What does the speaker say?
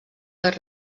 les